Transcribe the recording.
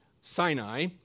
Sinai